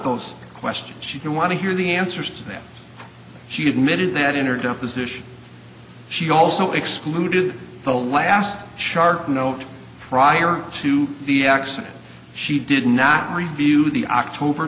those questions she didn't want to hear the answers to that she admitted that in or deposition she also excluded the last chart note prior to the accident she did not review the october